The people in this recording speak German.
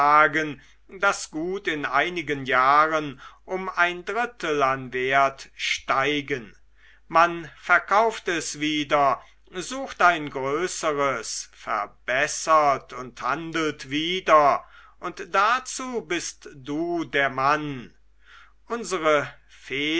das gut in einigen jahren um ein drittel an wert steigen man verkauft es wieder sucht ein größeres verbessert und handelt wieder und dazu bist du der mann unsere federn